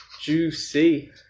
Juicy